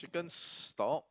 chicken stock